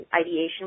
ideation